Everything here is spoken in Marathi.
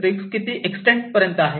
रिस्क किती एक्सटेंड पर्यंत आहे